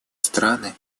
страны